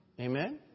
Amen